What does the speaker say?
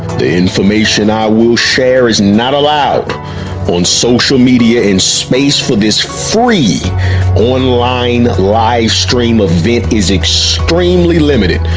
the information i will share is not allowed on social media in space for this free online live stream of vent is extremely limited.